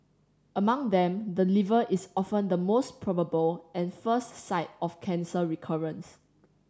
among them the liver is often the most probable and first site of cancer recurrence